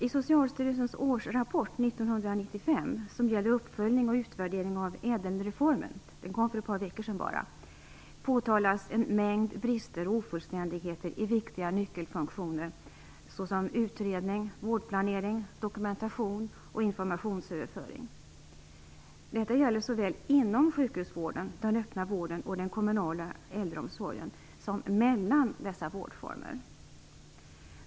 I Socialstyrelsens årsrapport 1995 som gäller uppföljning och utvärdering av ÄDEL-reformen - den kom för bara ett par veckor sedan - påtalas en mängd brister och ofullständigheter i viktiga nyckelfunktioner såsom utredning, vårdplanering, dokumentation och informationsöverföring. Detta gäller såväl inom sjukhusvården, den öppna vården och den kommunala äldreomsorgen som mellan dessa vårdformer.